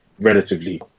relatively